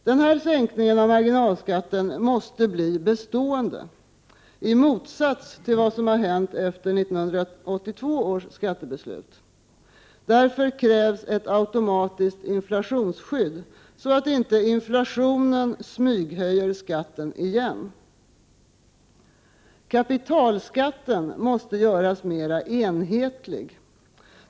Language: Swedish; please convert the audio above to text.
Den här sänkningen av marginalskatten måste bli bestående i motsats till vad som hänt efter 1982 års skattebeslut. Därför krävs ett automatiskt inflationsskydd så att inte inflationen smyghöjer skatten igen. Kapitalskatten måste göras mer enhetlig.